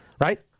right